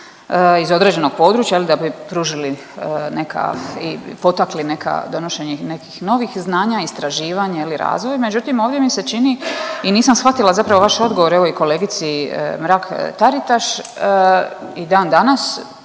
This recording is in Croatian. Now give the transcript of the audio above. iz određenog područja jel da bi pružili neka i potakli neka, donošenja nekih novih znanja, istraživanja jel razvoj. Međutim, ovdje mi se čini i nisam shvatila zapravo vaše odgovore evo i kolegici Mrak Taritaš i dan danas